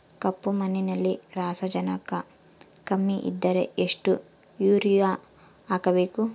ಕಪ್ಪು ಮಣ್ಣಿನಲ್ಲಿ ಸಾರಜನಕ ಕಮ್ಮಿ ಇದ್ದರೆ ಎಷ್ಟು ಯೂರಿಯಾ ಹಾಕಬೇಕು?